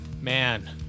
man